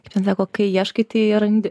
kaip ten sako kai ieškai tai randi